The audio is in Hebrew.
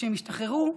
כשהן השתחררו,